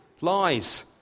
lies